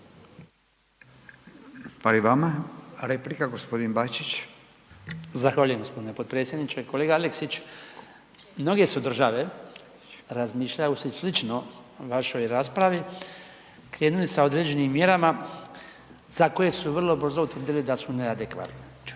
Hvala i vama. Replika g. Bačić. **Bačić, Branko (HDZ)** Zahvaljujem g. potpredsjedniče. Kolega Aleksić, mnoge su države, razmišljale su slično vašoj raspravi, krenuli sa određenim mjerama za koje su vrlo brzo utvrdile da su neadekvatne,